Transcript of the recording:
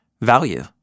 value